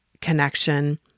connection